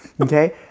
Okay